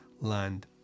land